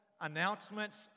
announcements